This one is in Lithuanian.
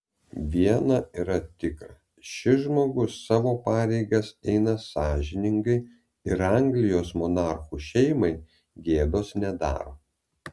viena yra tikra šis žmogus savo pareigas eina sąžiningai ir anglijos monarchų šeimai gėdos nedaro